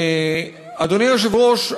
אדוני היושב-ראש,